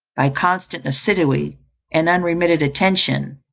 by constant assiduity and unremitted attention,